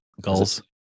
Goals